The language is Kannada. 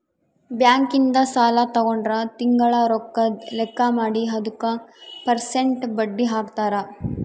ಬ್ಯಾಂಕ್ ಇಂದ ಸಾಲ ತಗೊಂಡ್ರ ತಿಂಗಳ ರೊಕ್ಕದ್ ಲೆಕ್ಕ ಮಾಡಿ ಅದುಕ ಪೆರ್ಸೆಂಟ್ ಬಡ್ಡಿ ಹಾಕ್ತರ